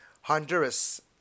Honduras